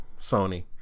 Sony